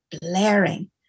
blaring